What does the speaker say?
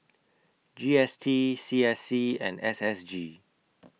G S T C S C and S S G